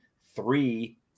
three